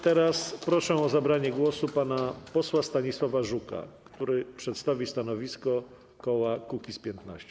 Teraz proszę o zabranie głosu pana posła Stanisława Żuka, który przedstawi stanowisko koła Kukiz’15.